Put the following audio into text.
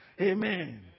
Amen